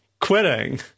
quitting